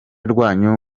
rwanyu